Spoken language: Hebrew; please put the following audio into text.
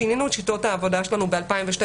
שינינו את שיטות העבודה שלנו ב-2012,